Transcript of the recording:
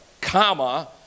comma